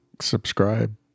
subscribe